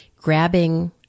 grabbing